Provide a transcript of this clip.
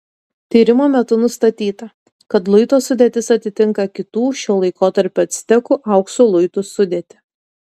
tyrimo metu nustatyta kad luito sudėtis atitinka kitų šio laikotarpio actekų aukso luitų sudėtį